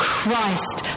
Christ